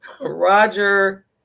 Roger